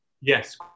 Yes